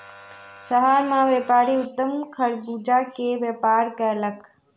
शहर मे व्यापारी उत्तम खरबूजा के व्यापार कयलक